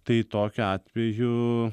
tai tokiu atveju